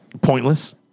Pointless